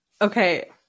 Okay